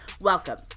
welcome